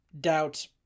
Doubt